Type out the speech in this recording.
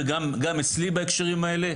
שקורים גם אצלי בהקשרים הללו,